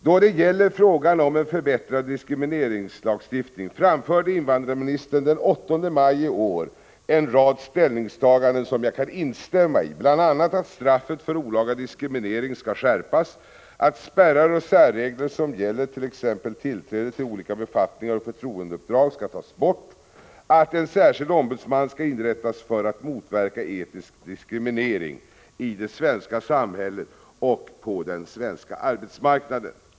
Då det gäller frågan om en förbättrad diskrimineringslagstiftning framförde invandrarministern den 8 maj i år en rad ställningstaganden, som jag kan instämma i, bl.a. att straffet för olaga diskriminering skall skärpas, att spärrar och särregler som gäller t.ex. tillträde till olika befattningar och förtroendeuppdrag skall tas bort, att en särskild ombudsman skall tillsättas för att motverka etnisk diskriminering i det svenska samhället och på den svenska arbetsmarknaden.